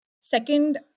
Second